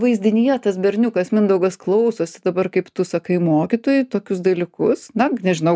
vaizdinyje tas berniukas mindaugas klausosi dabar kaip tu sakai mokytojui tokius dalykus na nežinau